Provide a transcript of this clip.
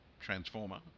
Transformer